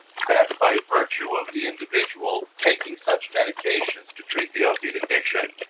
that by virtue of the individual taking such medications to treat the opiate addiction,